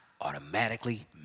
Automatically